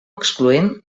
excloent